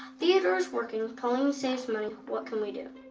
theodore is working, pauline saves money, what can we do?